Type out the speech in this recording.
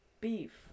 beef